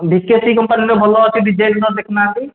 ଭିକେସି କମ୍ପାନୀର ଭଲ ଅଛି ଡିଜାଇନ୍ର ଦେଖୁନାହାନ୍ତି